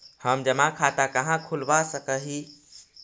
हम जमा खाता कहाँ खुलवा सक ही?